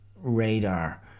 radar